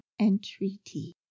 entreaty